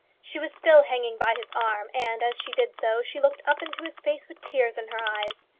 she was still hanging by his arm, and, as she did so, she looked up into his face with tears in her eyes.